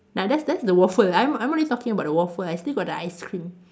like that's that's the waffle I'm I'm only talking about the waffle I still got the ice cream